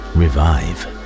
revive